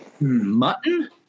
Mutton